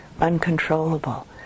uncontrollable